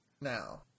now